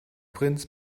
prinz